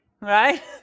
right